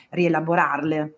rielaborarle